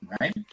right